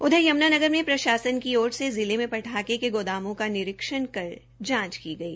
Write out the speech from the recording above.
उधर यमुनानगर में प्रशासन की ओर से जिले में पटाखे के गोदामों का निरीक्षण कर जांच की गई